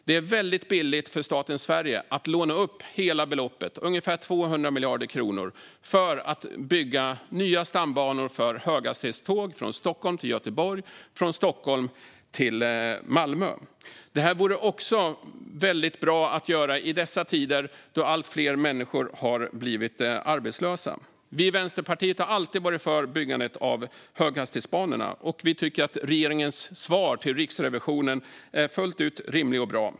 Det är väldigt billigt för staten Sverige att låna upp hela beloppet, ungefär 200 miljarder kronor, för att bygga nya stambanor för höghastighetståg från Stockholm till Göteborg och från Stockholm till Malmö. Det vore också väldigt bra att göra det här i dessa tider när fler människor har blivit arbetslösa. Vi i Vänsterpartiet har alltid varit för byggandet av höghastighetsbanorna, och vi tycker att regeringens svar till Riksrevisionen är fullt ut rimligt och bra.